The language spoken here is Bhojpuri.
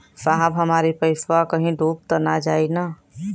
साहब हमार इ पइसवा कहि डूब त ना जाई न?